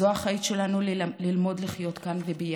זו האחריות שלנו ללמוד לחיות כאן וביחד,